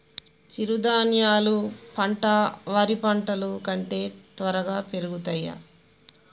చిరుధాన్యాలు పంటలు వరి పంటలు కంటే త్వరగా పెరుగుతయా?